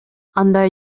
андай